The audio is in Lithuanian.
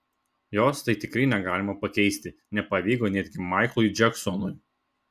jos tai tikrai negalima pakeisti nepavyko netgi maiklui džeksonui